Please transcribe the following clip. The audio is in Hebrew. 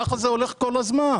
כך זה הולך כל הזמן.